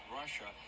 russia